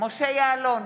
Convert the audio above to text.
משה יעלון,